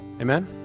Amen